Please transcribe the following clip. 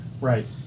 Right